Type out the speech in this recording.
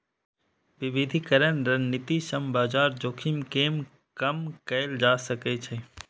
विविधीकरण रणनीति सं बाजार जोखिम कें कम कैल जा सकै छै